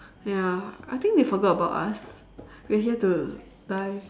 ya I think they forgot about us we're here to die